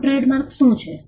સારો ટ્રેડમાર્ક શું છે